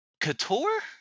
couture